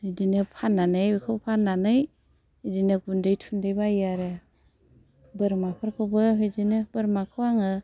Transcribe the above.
बिदिनो फाननानै बेखौ फाननानै बिदिनो गुन्दै थुन्दै बाइयो आरो बोरमाफोरखौबो बिदिनो बोरमाखौ आङो